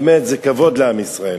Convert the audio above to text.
באמת, זה כבוד לעם ישראל